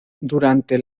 durante